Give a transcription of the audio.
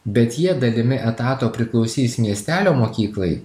bet jie dalimi etato priklausys miestelio mokyklai